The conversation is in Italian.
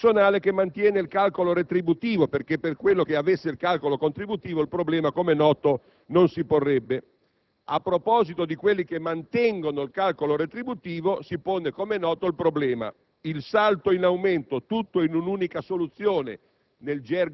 per il personale che mantiene il calcolo retributivo, perché per quello che avesse il calcolo contributivo il problema, come è noto, non si porrebbe. A proposito di chi mantiene il calcolo retributivo, si pone, com'è noto, il problema del salto in aumento: tutto in un'unica soluzione